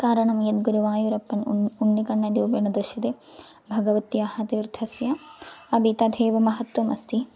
कारणं यद् गुरुवायूरप्पन् उन् उण्णिकण्णन् रूपेण दर्श्यते भगवत्याः तीर्थस्य अपि तथैव महत्त्वम् अस्ति